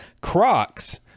Crocs